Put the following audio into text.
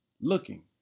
looking